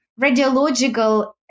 radiological